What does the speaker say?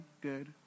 good